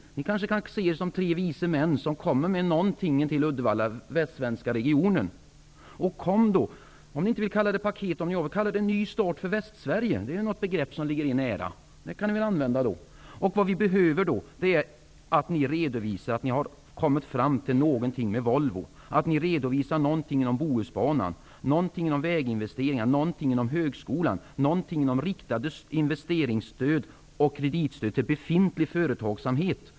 Ni kan se er som tre vise män som kommer till Uddevalla och den västsvenska regionen. Om ni inte vill kalla det paket, kalla det då Ny start för Västsverige. Det begreppet borde ligga er nära. Ni behöver redovisa att ni har kommit fram till någonting med Volvo, om Bohusbanan, om väginvesteringar, högskolan, riktade investeringsstöd och kreditstöd till befintlig företagssamhet.